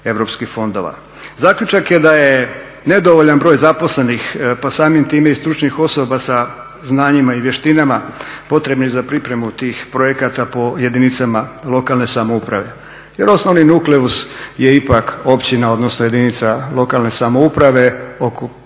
Zaključak je da je nedovoljan broj zaposlenih pa samim time i stručnih osoba sa znanjima i vještinama potrebnim za pripremu tih projekata po jedinicama lokalne samouprave, jer osnovni nukleus je ipak općina, odnosno jedinica lokalne samouprave oko